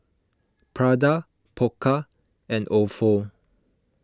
Prada Pokka and Ofo